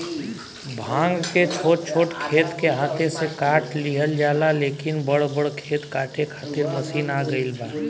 भांग के छोट छोट खेत के हाथे से काट लिहल जाला, लेकिन बड़ बड़ खेत काटे खातिर मशीन आ गईल बा